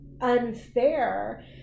unfair